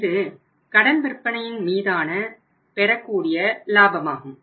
இது கடன் விற்பனையின் மீதான பெறக்கூடிய லாபமாகும்